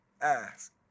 ask